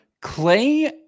clay